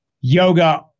yoga